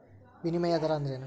ವಿನಿಮಯ ದರ ಅಂದ್ರೇನು?